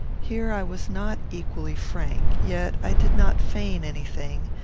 here i was not equally frank yet i did not feign any thing,